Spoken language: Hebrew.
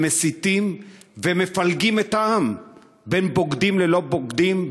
שמסיתים ומפלגים את העם בין בוגדים ללא-בוגדים,